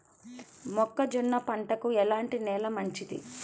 మొక్క జొన్న పంటకు ఎలాంటి నేల మంచిది?